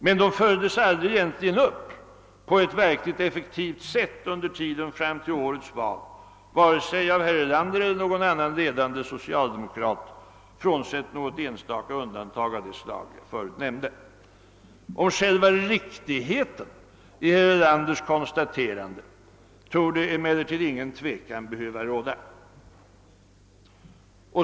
Men de följdes aldrig egentligen upp på ett verkligt effektivt sätt under tiden fram till årets val, vare sig av herr Erlander eller någon annan ledande socialdemokrat, frånsett något enstaka undantag som jag förut nämnt. Om själva riktigheten i herr Erlanders konstaterande torde emellertid ingen tvekan behöva råda.